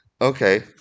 okay